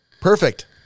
Perfect